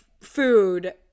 food